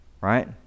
Right